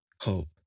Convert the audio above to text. hope